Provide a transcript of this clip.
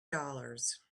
dollars